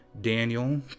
Daniel